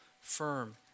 firm